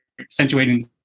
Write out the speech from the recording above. accentuating